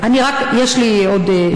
יש לי רק עוד,